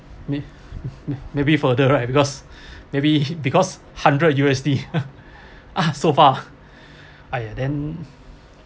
may may may maybe for the ride because maybe because hundred U_S_D ah so far !aiya! then